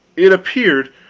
it appeared,